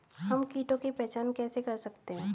हम कीटों की पहचान कैसे कर सकते हैं?